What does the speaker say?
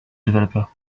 developer